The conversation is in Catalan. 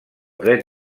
dret